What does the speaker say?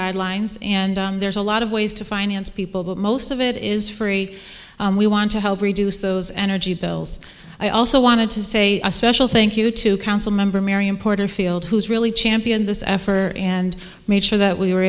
guidelines and there's a lot of ways to finance people but most of it is free we want to help reduce those energy bills i also wanted to say a special thank you to council member marion porter field who's really championed this effort and made sure that we were